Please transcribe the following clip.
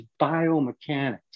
biomechanics